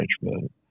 management